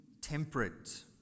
temperate